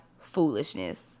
foolishness